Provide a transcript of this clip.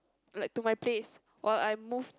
like to my place while I moved